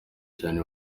cyane